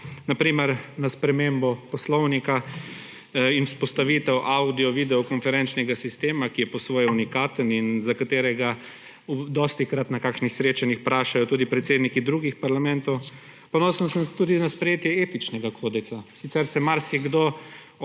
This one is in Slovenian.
na primer spremembo poslovnika in vzpostavitev avdiovideo konferenčnega sistema, ki je po svoje unikaten in za katerega dostikrat na kakšnih srečanjih vprašajo tudi predsedniki drugih parlamentov. Ponosen sem tudi na sprejetje etičnega kodeksa. Sicer se marsikdo ob